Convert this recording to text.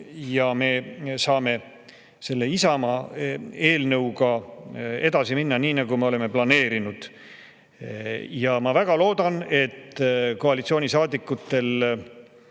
ja me saame selle Isamaa eelnõuga edasi minna nii, nagu me oleme planeerinud. Ma väga loodan, et koalitsioonisaadikutel